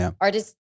artists